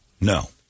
No